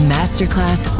Masterclass